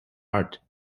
art